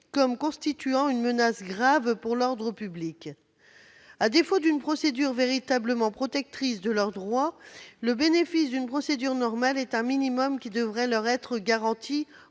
comme constituant une menace grave pour l'ordre public. À défaut d'une procédure véritablement protectrice de leurs droits, le bénéfice d'une procédure normale est un minimum qui devrait leur être garanti